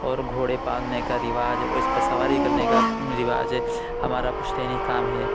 اور گھوڑے پالنے کا رواج اُس پہ سواری کرنے کا رواج ہمارا پشتینی کام ہے